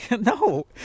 no